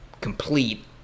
complete